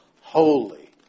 Holy